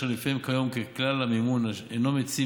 אשר לפיהם כיום ככלל המימון אינו מציב